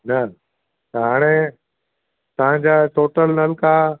न त हाणे तव्हांजा टोटल नलका